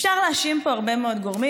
אפשר להאשים פה הרבה מאוד גורמים.